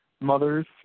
mothers